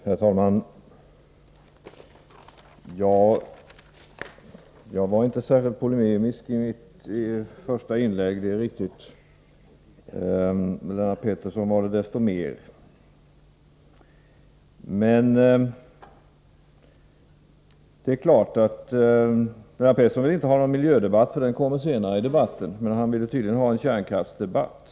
Herr talman! Jag var inte särskilt polemisk i mitt första anförande — det är riktigt. Lennart Pettersson var det desto mer. Lennart Pettersson vill inte ha någon miljödebatt, för den kommer senare. Men han ville tydligen ha en kärnkraftsdebatt.